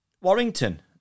Warrington